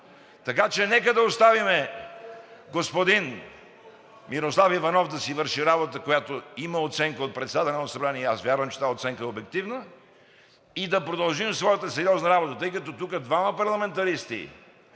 Така че нека да оставим господин Мирослав Иванов да си върши работата, която има оценка от председателя на Народното събрание, и аз вярвам, че тази оценка е обективна, и да продължим своята сериозна работа, тъй като тук двама парламентаристи